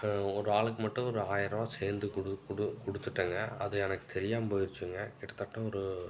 ஒரு ஆளுக்கு மட்டும் ஒரு ஆயிரருவா சேர்ந்து குடு குடு கொடுத்துட்டேங்க அது எனக்கு தெரியாமல் போயிடுச்சுங்க கிட்டத்தட்ட ஒரு